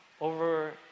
over